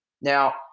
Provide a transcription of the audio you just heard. Now